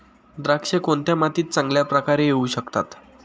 द्राक्षे कोणत्या मातीत चांगल्या प्रकारे येऊ शकतात?